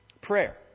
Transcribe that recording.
Prayer